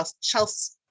Chelsea